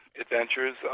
adventures